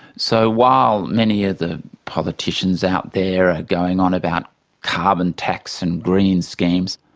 so while many of the politicians out there are going on about carbon tax and green schemes,